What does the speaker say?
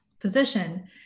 position